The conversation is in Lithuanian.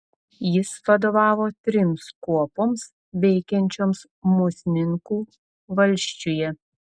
jis vadovavo trims kuopoms veikiančioms musninkų valsčiuje